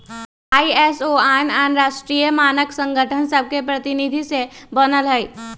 ISO आन आन राष्ट्रीय मानक संगठन सभके प्रतिनिधि से बनल हइ